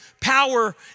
power